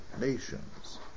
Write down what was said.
nations